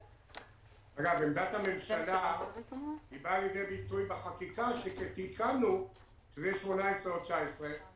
עמדת הממשלה באה לידי ביטוי בחקיקה כשתיקנו שזה יהיה 18' או 19',